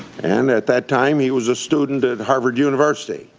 and at that time he was a student at harvard university.